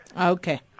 Okay